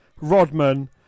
Rodman